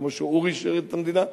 כמו שאורי שירת את המדינה,